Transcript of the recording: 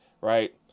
right